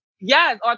yes